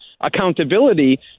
accountability